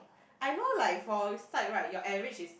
I know like for side right your average is